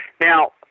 now